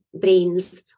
brains